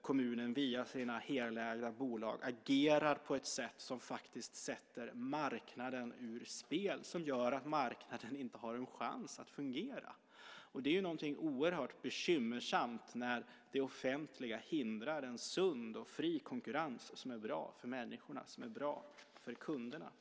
kommunen via sina helägda bolag agerar på ett sätt som faktiskt sätter marknaden ur spel och som gör att marknaden inte har en chans att fungera. Det är någonting oerhört bekymmersamt när det offentliga hindrar en sund och fri konkurrens som är bra för människorna och som är bra för kunderna.